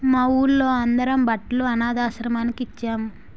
మా వూళ్ళో అందరం బట్టలు అనథాశ్రమానికి ఇచ్చేం